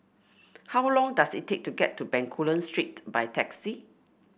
how long does it take to get to Bencoolen Street by taxi